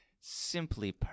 simply